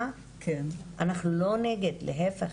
להיפך.